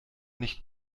nicht